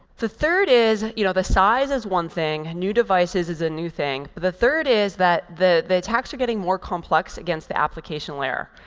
the third is you know the size is one thing. new devices is a new thing. the third is that the the attacks are getting more complex against the application layer.